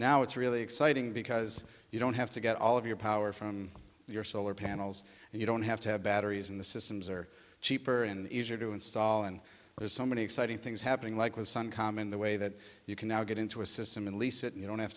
now it's really exciting because you don't have to get all of your power from your solar panels and you don't have to have batteries in the systems are cheaper and easier to install and there's so many exciting things happening like with suncom in the way that you can now get into a system and lease it and you don't have